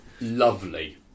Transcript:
Lovely